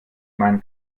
man